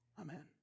Amen